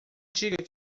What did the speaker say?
diga